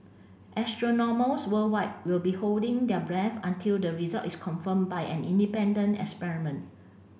astronomers worldwide will be holding their breath until the result is confirmed by an independent experiment